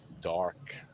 dark